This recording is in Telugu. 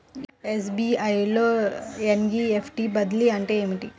ఎస్.బీ.ఐ లో ఎన్.ఈ.ఎఫ్.టీ బదిలీ అంటే ఏమిటి?